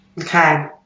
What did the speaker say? Okay